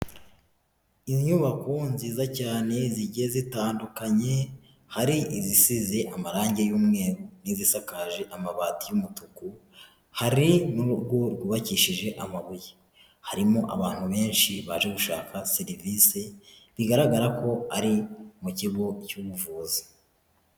Inyubako nziza cyane zigiye zitandukanye, hari izisize amarange y'umweru n'izisakaje amabati y'umutuku, hari n'urugo rwubakishije amabuye. Harimo abantu benshi baje gushaka serivise, bigaragara ko ari mu kigo cy'ubuvuzi.